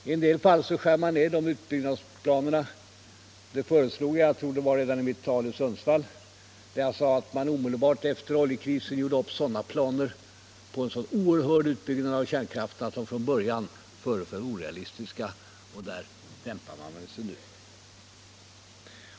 I en del fall skär man ned utbyggnadsplanerna. Redan i mitt tal i Sundsvall sade jag att man omedelbart efter oljekrisen gjorde upp planer på en så oerhört stor utbyggnad av kärnkraften att planerna från början föreföll orealistiska. Man dämpar sig väl nu.